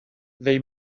they